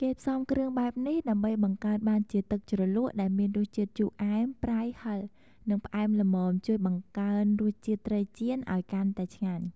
គេផ្សំគ្រឿងបែបនេះ ដើម្បីបង្កើតបានជាទឹកជ្រលក់ដែលមានរសជាតិជូរ អែម ប្រៃ ហឹរ និងផ្អែមល្មម ជួយបង្កើនរសជាតិត្រីចៀនឱ្យកាន់តែឆ្ងាញ់។